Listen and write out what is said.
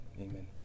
amen